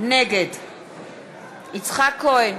נגד יצחק כהן,